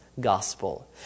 gospel